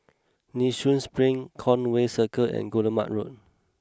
Nee Soon Spring Conway Circle and Guillemard Road